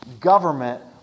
government